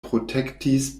protektis